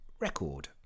record